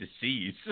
disease